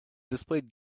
displayed